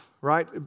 right